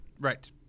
Right